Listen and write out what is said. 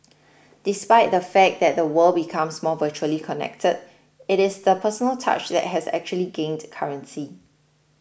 despite the fact that the world becomes more virtually connected it is the personal touch that has actually gained currency